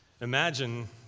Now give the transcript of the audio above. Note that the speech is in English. Imagine